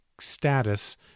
status